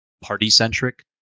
party-centric